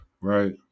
right